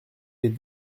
des